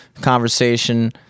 conversation